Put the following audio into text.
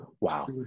Wow